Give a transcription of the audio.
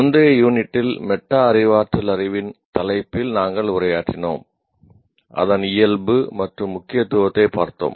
முந்தைய யூனிட் ல் மெட்டா அறிவாற்றல் அறிவின் தலைப்பில் நாங்கள் உரையாற்றினோம் அதன் இயல்பு மற்றும் முக்கியத்துவத்தைப் பார்த்தோம்